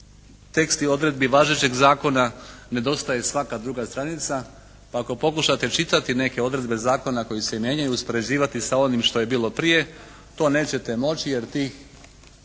tekst i odredbi važećeg zakona nedostaje svaka druga stranica pa ako pokušate čitati neke odredbe zakona koji se mijenjaju i uspoređivati sa onim što je bilo prije to nećete moći jer tih